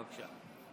בבקשה.